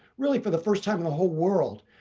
really, for the first time in the whole world,